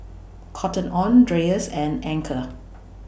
Cotton on Dreyers and Anchor